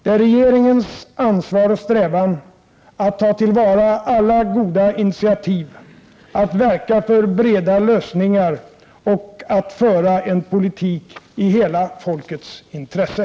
Det är regeringens ansvar och strävan att ta till va verka för breda lösningar och att föra en politik i hela folkets intresse.